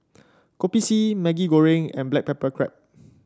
Kopi C Maggi Goreng and Black Pepper Crab